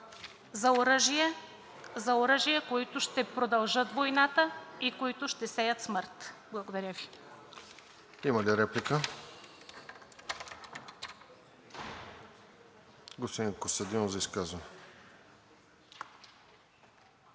за оръжия, които ще продължат войната и които ще сеят смърт. Благодаря Ви.